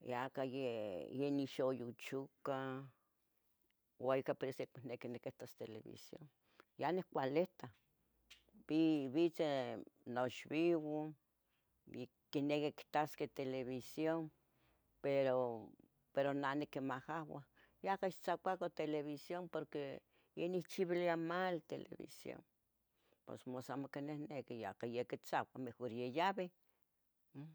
yaca ya nixayuchuca ua ica por eso amo niqui niquitas televisión, ye nicualitah, bi bitzeh noxbiban, bi quiniqui ictasqueh televisión, pero, pero neh niquimahahua, yaca ixtzacuacan televión porque neh nechchibilia mal televisión, pos mas amo quinihniqui yaca yoquitacua mejor yayabeh, um.